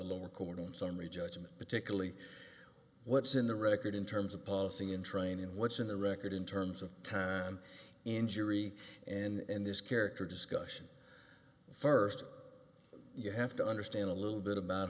the lower court in summary judgment particularly what's in the record in terms of policy and training and what's in the record in terms of time injury and this character discussion first you have to understand a little bit about